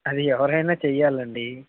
అది ఎవరైన చెయ్యాలండి